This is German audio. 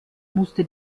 musste